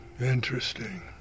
interesting